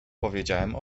powiedziałam